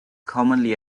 commonly